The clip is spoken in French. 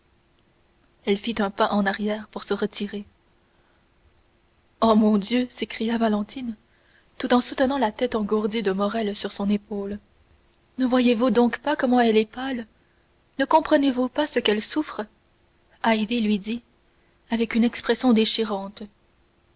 elle fit un pas en arrière pour se retirer oh mon dieu s'écria valentine tout en soutenant la tête engourdie de morrel sur son épaule ne voyez-vous donc pas comme elle est pâle ne comprenez-vous pas ce qu'elle souffre haydée lui dit avec une expression déchirante